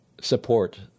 support